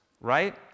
right